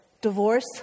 Divorce